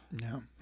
No